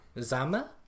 zama